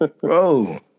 bro